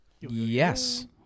Yes